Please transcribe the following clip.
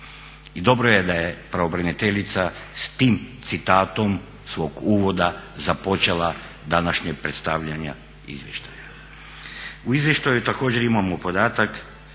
Dobro je da je pravobraniteljica s tim citatom svog uvoda započela današnje predstavljanje izvještaja. U izvještaju također imamo podatak